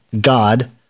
God